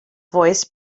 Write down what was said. voiced